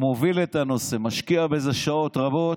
מוביל את הנושא, משקיע בזה שעות רבות,